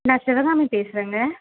நான் சிவகாமி பேசுகிறேங்க